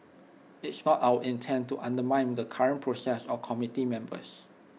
it's not our intent to undermine the current process or committee members